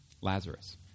Lazarus